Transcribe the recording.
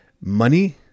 money